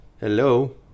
Hello